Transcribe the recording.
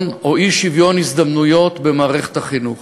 או אי-שוויון הזדמנויות במערכת החינוך.